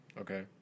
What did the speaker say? Okay